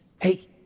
Hey